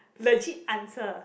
legit answer